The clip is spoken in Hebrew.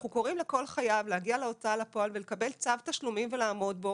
אנחנו קוראים לכל חייב להגיע להוצאה לפועל ולקבל צו תשלומים ולעמוד בו,